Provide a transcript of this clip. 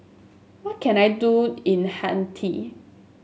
what can I do in Haiti